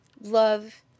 love